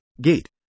GATE